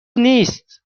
نیست